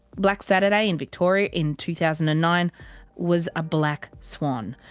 black saturday in victoria in two thousand and nine was a black swan.